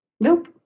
Nope